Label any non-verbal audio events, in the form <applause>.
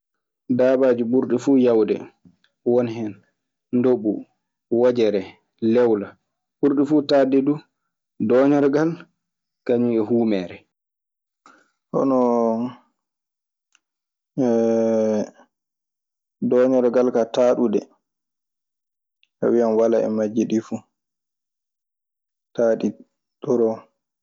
Daabaaji ɓurɗi fuu yawde won hen ndoɓɓu, wojere, lewla. Ɓurɗi fuu taaɗde duu dooñorgal kañun e huumeere. Hono, <hesitation> dooñorgal kaa taaɗude a wiyan walaa majji ɗii fu, taati toroo.